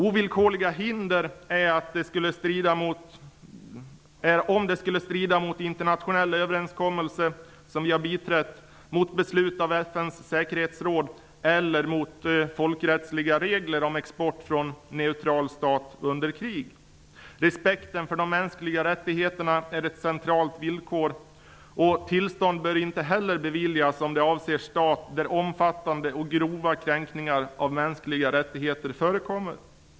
Ovillkorliga hinder är om det strider mot internationella överenskommelser som vi har biträtt, mot beslut av FN:s säkerhetsråd eller mot folkrättsliga regler om export från neutral stat under krig. Respekten för de mänskliga rättigheterna är ett centralt villkor, och tillstånd bör inte heller beviljas om det avser stat där omfattande och grova kränkningar av mänskliga rättigheter förekommer.